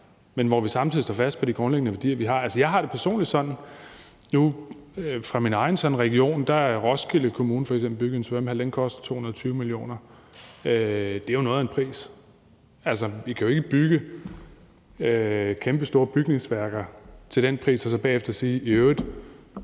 men hvor vi samtidig står fast på de grundlæggende værdier, vi har. I min egen region har Roskilde Kommune f.eks. bygget en svømmehal. Den kostede 220 mio. kr. Det er noget af en pris, og vi kan jo ikke bygge kæmpestore bygningsværker til den pris og så bagefter sige, at i øvrigt